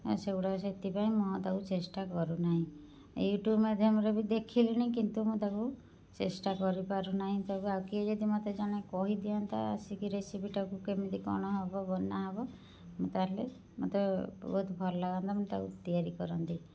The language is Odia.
ସେଗୁଡ଼ାକ ସେଥିପାଇଁ ମୁଁ ତାକୁ ଚେଷ୍ଟା କରୁନାହିଁ ୟୁଟ୍ୟୁବ୍ ମାଧ୍ୟମରେ ବି ଦେଖିଲିଣି କିନ୍ତୁ ମୁଁ ତାକୁ ଚେଷ୍ଟା କରିପାରୁନାହିଁ ତାକୁ ଆଉ କିଏ ଯଦି ମୋତେ ଜଣେ କହିଦିଅନ୍ତା ଆସିକି ରେସିପିଟାକୁ କେମିତି କ'ଣ ହେବ ବନା ହେବ ମୁଁ ତା'ହେଲେ ମୋତେ ବହୁତ ଭଲ ଲାଗନ୍ତା ମୁଁ ତାକୁ ତିଆରି କରନ୍ତି